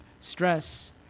stress